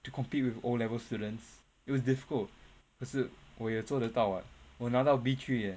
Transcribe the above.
to compete with O level students it was difficult 可是我也做得到 [what] 我拿到 B three eh